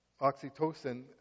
Oxytocin